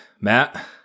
Matt